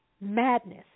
madness